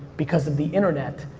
because of the internet,